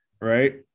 right